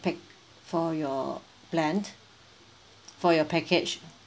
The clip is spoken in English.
pack for your plan for your package